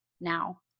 now